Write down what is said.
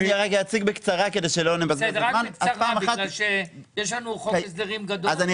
בקצרה, כי יש לנו חוק הסדרים גדול.